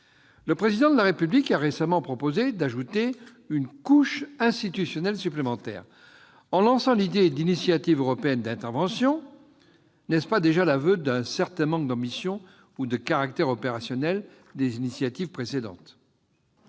Le Président de la République a récemment proposé d'ajouter une couche institutionnelle supplémentaire. En lançant l'idée d'initiative européenne d'intervention, n'est-ce pas déjà l'aveu d'un certain manque d'ambition, ou de caractère opérationnel, des initiatives précédentes ?